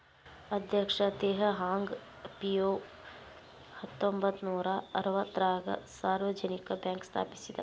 ಅಧ್ಯಕ್ಷ Teh Hong Piow ಹತ್ತೊಂಬತ್ ನೂರಾ ಅರವತ್ತಾರಗ ಸಾರ್ವಜನಿಕ ಬ್ಯಾಂಕ್ ಸ್ಥಾಪಿಸಿದ